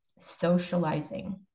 socializing